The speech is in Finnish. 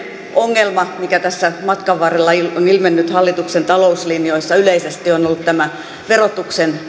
ongelma mikä tässä matkan varrella on ilmennyt hallituksen talouslinjoissa yleisesti on on ollut tämä